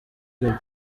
gabby